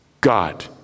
God